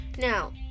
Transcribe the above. Now